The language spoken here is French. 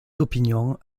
opinions